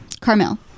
Carmel